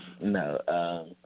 No